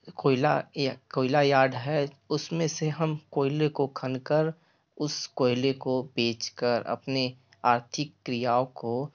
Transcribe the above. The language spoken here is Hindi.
कोयला कोयला यार्ड है उसमें से हम कोयले को खनकर उस कोएले को बेचकर अपने आर्थिक क्रियाओं को